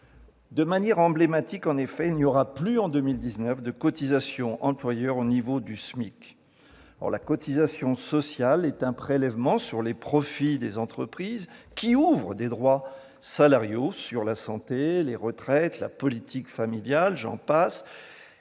De manière « emblématique » en effet, il n'y aura plus en 2019 de cotisation « employeur » au niveau du SMIC. Or la cotisation sociale est un prélèvement sur les profits des entreprises qui ouvre des droits salariaux sur la santé, les retraites, la politique familiale- et j'en passe